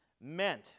meant